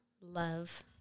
Love